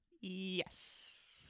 Yes